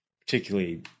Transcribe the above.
particularly